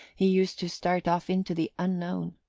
he used to start off into the unknown.